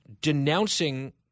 denouncing